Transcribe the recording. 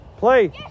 Play